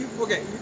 Okay